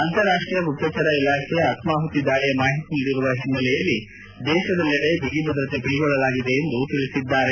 ಅಂತಾರಾಷ್ಷೀಯ ಗುಪ್ತಚರ ಇಲಾಖೆ ಆತ್ವಾಪುತಿ ದಾಳಿಯ ಮಾಹಿತಿ ನೀಡಿರುವ ಹಿನ್ನೆಲೆಯಲ್ಲಿ ದೇಶದೆಲ್ಲೆಡೆ ಬಿಗಿ ಭದ್ರತೆ ಕೈಗೊಳ್ಳಲಾಗಿದೆ ಎಂದು ತಿಳಿಸಿದ್ದಾರೆ